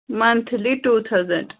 monthly two thousand